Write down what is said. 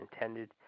intended